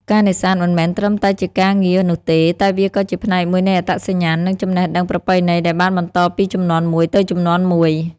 ការនេសាទមិនមែនត្រឹមតែជាការងារនោះទេ តែវាក៏ជាផ្នែកមួយនៃអត្តសញ្ញាណ និងចំណេះដឹងប្រពៃណីដែលបានបន្តពីជំនាន់មួយទៅជំនាន់មួយ។